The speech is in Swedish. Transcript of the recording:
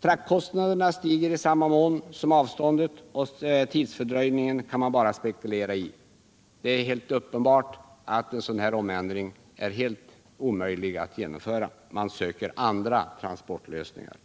Fraktkostnaderna stiger i samma mån som avståndet, och tidsfördröjningen kan man bara spekulera i. Det är uppenbart att en sådan här omändring är helt omöjlig att genomföra. Man söker andra transportlösningar.